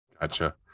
Gotcha